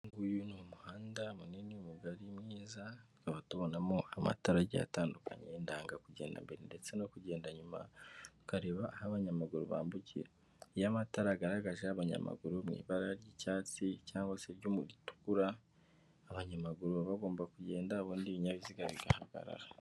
Uyu nguyu ni umuhanda munini, mugari, mwiza, tukaba tubonamo amatara agiye atandukanye, ndanga kugenda mbere, ndetse no kugenda nyuma, ukareba aho abanyamaguru bambukira, iyo amatara agaragaje y'abanyamaguru, mu ibara ry'icyatsi, cyangwa se ritukura, abanyamaguru baba bagomba kugenda, ubundi ibinyabiziga bigahagarara.